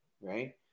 right